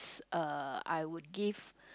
uh I would give